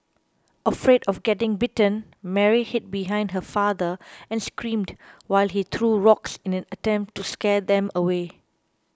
afraid of getting bitten Mary hid behind her father and screamed while he threw rocks in an attempt to scare them away